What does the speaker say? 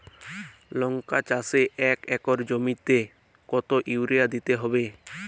লংকা চাষে এক একর জমিতে কতো ইউরিয়া দিতে হবে?